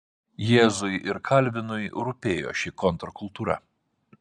jėzui ir kalvinui rūpėjo ši kontrkultūra